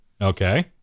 Okay